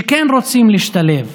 שכן רוצים להשתלב,